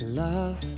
Love